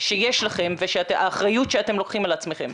שיש לכם והאחריות שאתם לוקחים על עצמכם.